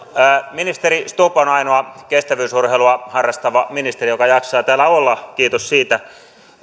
ministeri stubb on ainoa kestävyysurheilua harrastava ministeri joka jaksaa täällä olla kiitos siitä